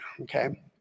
okay